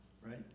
Right